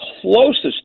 closest